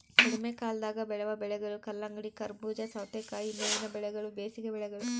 ಕಡಿಮೆಕಾಲದಾಗ ಬೆಳೆವ ಬೆಳೆಗಳು ಕಲ್ಲಂಗಡಿ, ಕರಬೂಜ, ಸವತೇಕಾಯಿ ಮೇವಿನ ಬೆಳೆಗಳು ಬೇಸಿಗೆ ಬೆಳೆಗಳು